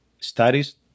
studies